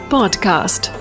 Podcast